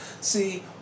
See